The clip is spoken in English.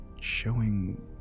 showing